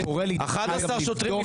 אתמול נפצעו 11 שוטרים.